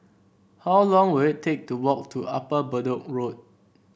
how long will it take to walk to Upper Bedok Road